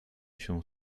się